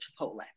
Chipotle